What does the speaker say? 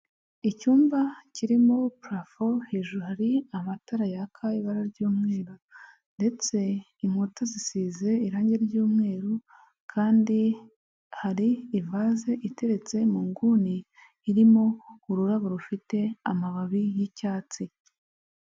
Icyumba kirimo parafo hejuru hari amatara yaka ibara ry'umweru, ndetse inkuta zisize irangi ry'umweru kandi hari ivase iteretse mu nguni irimo ururabo rufite amababi y'icyatsi.